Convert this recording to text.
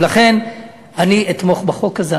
לכן אני אתמוך בחוק הזה,